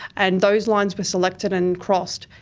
and those lines were selected and crossed.